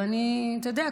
אתה יודע,